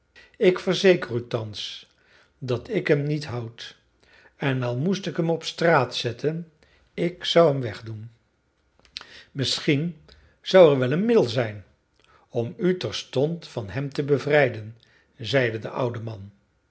ik verzeker u thans dat ik hem niet houd en al moest ik hem op straat zetten ik zou hem wegdoen misschien zou er wel een middel zijn om u terstond van hem te bevrijden zeide de oude man